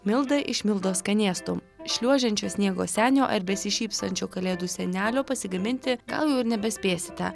milda iš mildos skanėstų šliuožiančio sniego senio ar besišypsančio kalėdų senelio pasigaminti gal jau ir nebespėsite